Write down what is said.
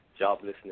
joblessness